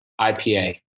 IPA